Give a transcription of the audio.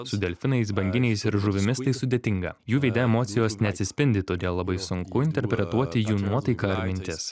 su delfinais banginiais ir žuvimis tai sudėtinga jų veide emocijos neatsispindi todėl labai sunku interpretuoti jų nuotaiką ar mintis